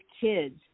kids